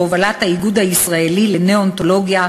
בהובלת האיגוד הישראלי לנאונטולוגיה